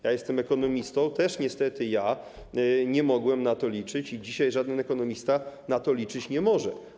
Jestem ekonomistą i niestety nie mogłem na to liczyć; dzisiaj żaden ekonomista na to liczyć nie może.